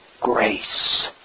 grace